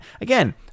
again